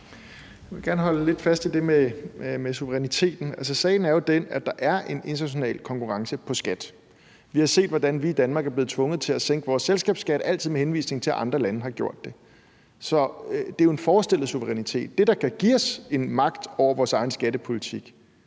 Jeg vil gerne holde lidt fast i det med suveræniteten. Sagen er jo den, at der er en international konkurrence på skat. Vi har set, hvordan vi i Danmark er blevet tvunget til at sænke vores selskabsskat; det er altid med henvisning til, at andre lande har gjort det. Så det er jo en forestillet suverænitet. Det, der kan give os en magt over vores egen skattepolitik,